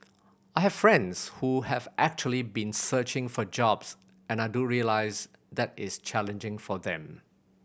I have friends who have actually been searching for jobs and I do realise that is challenging for them